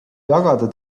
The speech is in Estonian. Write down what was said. jagada